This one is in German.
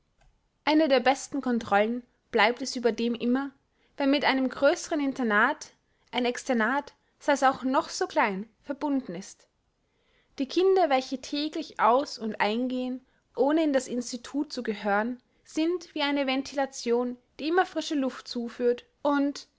eine der besten controllen bleibt es überdem immer wenn mit einem größeren internat ein externat sei es auch noch so klein verbunden ist die kinder welche täglich aus und eingehen ohne in das institut zu gehören sind wie eine ventilation die immer frische luft zuführt und